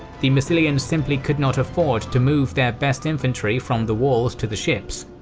the massilians simply could not afford to move their best infantry from the walls to the ships.